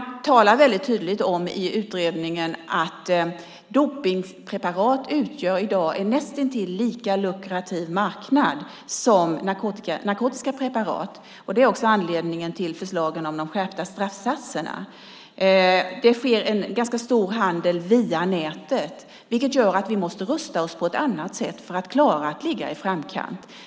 Utredaren talar i utredningen väldigt tydligt om att dopningspreparaten i dag utgör en näst intill lika lukrativ marknad som de narkotiska preparaten. Det är också en anledning till de skärpta straffsatserna. Det sker en ganska stor handel via nätet, vilket gör att vi måste rusta oss på ett annat sätt för att klara att ligga i framkant.